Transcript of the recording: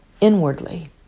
inwardly